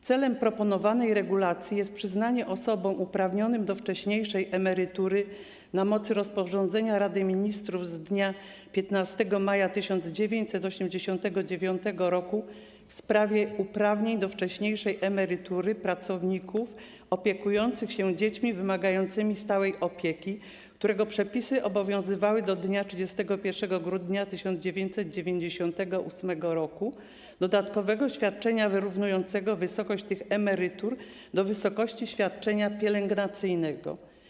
Celem proponowanej regulacji jest przyznanie osobom uprawnionym do wcześniejszej emerytury na mocy rozporządzenia Rady Ministrów z dnia 15 maja 1989 r. w sprawie uprawnień do wcześniejszej emerytury pracowników opiekujących się dziećmi wymagającymi stałej opieki, którego przepisy obowiązywały do dnia 31 grudnia 1998 r., dodatkowego świadczenia wyrównującego wysokość tych emerytur do wysokości świadczenia pielęgnacyjnego.